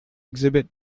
exhibit